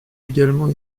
également